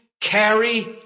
carry